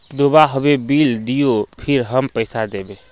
दूबा होबे बिल दियो फिर हम पैसा देबे?